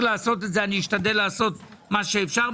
לעשות זאת ואני אשתדל לעשות מה שאפשר.